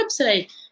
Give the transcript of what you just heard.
website